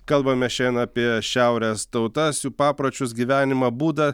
kalbame šiandien apie šiaurės tautas jų papročius gyvenimo būdą